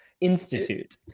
Institute